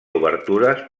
obertures